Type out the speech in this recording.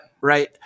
right